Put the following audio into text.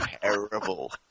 terrible